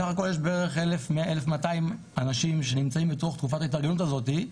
בסך הכל יש בערך 1,200 אנשים שנמצאים בתוך תקופת ההתארגנות הזאת,